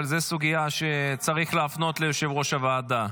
אבל זו סוגיה שצריך להפנות ליושב-ראש הוועדה.